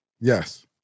Yes